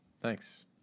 Thanks